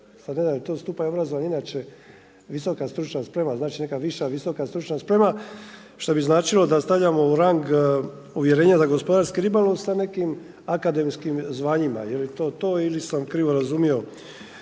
Sad ne znam je li to stupanj obrazovanja inače visoka stručna sprema, znači neka visoka, viša stručna sprema, što bi značilo da stavljamo u rang uvjerenje da gospodarski ribolov sa nekim akademskim zvanjima, je li to to ili sam krivo razumio